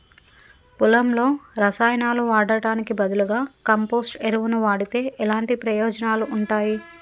పొలంలో రసాయనాలు వాడటానికి బదులుగా కంపోస్ట్ ఎరువును వాడితే ఎలాంటి ప్రయోజనాలు ఉంటాయి?